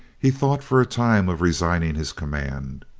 he thought for a time of resigning his command.